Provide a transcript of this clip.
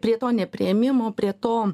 prie to nepriėmimo prie to